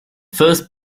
first